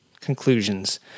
conclusions